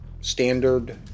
standard